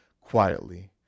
quietly